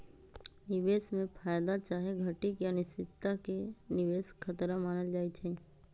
निवेश में फयदा चाहे घटि के अनिश्चितता के निवेश खतरा मानल जाइ छइ